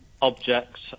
Objects